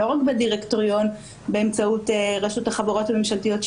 לא רק בדירקטוריון באמצעות רשות החברות הממשלתיות,